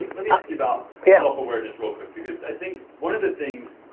let me ask you about yeah self-awareness real quick because i think one of the things.